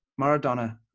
Maradona